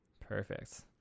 Perfect